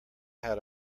how